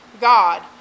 God